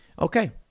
Okay